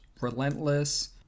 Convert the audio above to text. relentless